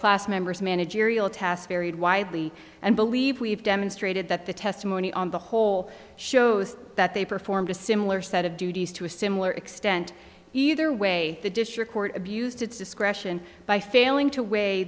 class members managerial task varied widely and believe we have demonstrated that the testimony on the whole shows that they performed a similar set of duties to a similar extent either way the district court abused its discretion by failing to w